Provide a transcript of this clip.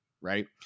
right